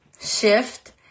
shift